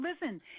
listen